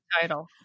title